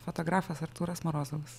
fotografas artūras morozovas